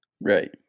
Right